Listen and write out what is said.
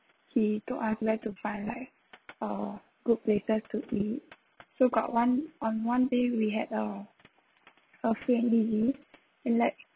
he told us where to find like uh good places to eat so got one on one day we had a free and easy and like